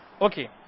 Okay